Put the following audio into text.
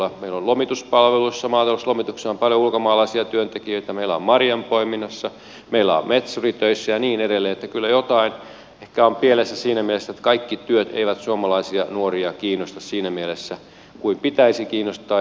meillä on lomituspalveluissa maatalouslomituksessa paljon ulkomaalaisia työntekijöitä meillä on marjanpoiminnassa meillä on metsuritöissä ja niin edelleen että kyllä jotain ehkä on pielessä siinä mielessä että kaikki työt eivät suomalaisia nuoria kiinnosta siinä mielessä kuin pitäisi kiinnostaa